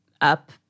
up –